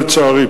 לצערי,